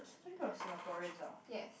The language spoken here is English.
typical of Singaporeans ah